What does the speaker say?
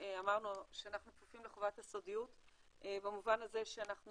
אמרנו שאנחנו כפופים לחובת הסודיות במובן הזה שאנחנו